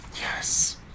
Yes